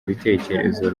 bitekerezo